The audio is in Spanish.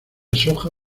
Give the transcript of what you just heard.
soja